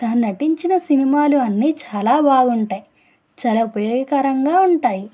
తాను నటించిన సినిమాలు అన్నీ చాలా బాగుంటాయి చాలా ఉపయోగకరంగా ఉంటాయి